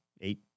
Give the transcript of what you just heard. eight